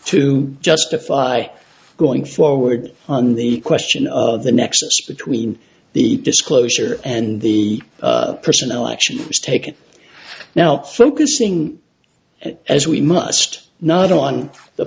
to justify going forward on the question of the nexus between the disclosure and the personal action is taken now focusing as we must not on the